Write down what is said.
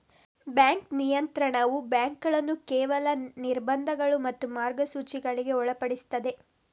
bank ನಿಯಂತ್ರಣವು ಬ್ಯಾಂಕುಗಳನ್ನ ಕೆಲವು ನಿರ್ಬಂಧಗಳು ಮತ್ತು ಮಾರ್ಗಸೂಚಿಗಳಿಗೆ ಒಳಪಡಿಸ್ತದೆ